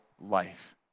life